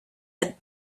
had